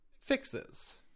fixes